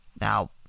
Now